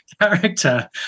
character